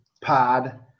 pod